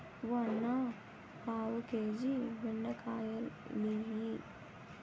ఓ అన్నా, పావు కేజీ బెండకాయలియ్యి